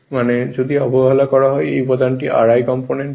মানে যদি অবহেলা করা হয় এই উপাদানটি Ri কম্পোনেন্ট হয়